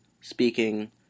speaking